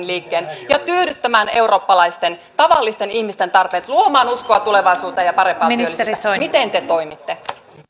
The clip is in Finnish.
liikkeen ja tyydyttämään tavallisten eurooppalaisten ihmisten tarpeet luomaan uskoa tulevaisuuteen ja parempaa työllisyyttä miten te toimitte